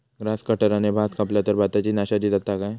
Grass कटराने भात कपला तर भाताची नाशादी जाता काय?